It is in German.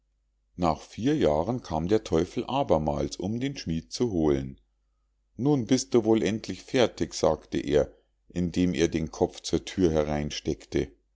nach vier jahren kam der teufel abermals um den schmied zu holen nun bist du wohl endlich fertig sagte er indem er den kopf zur thür